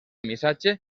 missatge